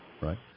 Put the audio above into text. right